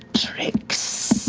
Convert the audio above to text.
tricks.